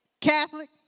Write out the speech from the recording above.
Catholic